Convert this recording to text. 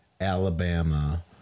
Alabama